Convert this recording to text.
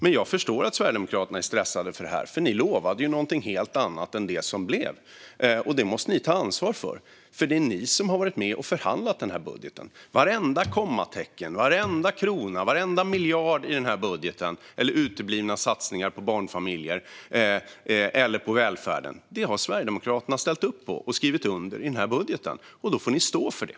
Men jag förstår att Sverigedemokraterna är stressade över det här, för de lovade ju någonting helt annat än det som blev. Det måste de ta ansvar för, eftersom de har varit med och förhandlat den här budgeten. Sverigedemokraterna har ställt upp och skrivit under på vartenda kommatecken, varenda krona, varenda miljard och varenda utebliven satsning på barnfamiljer och välfärd i den här budgeten. Då får de stå för det.